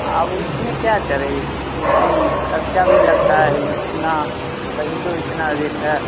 अब उसमें क्या करे उस ख़र्चा भी लगता है इतना तभी तो इतना रेट है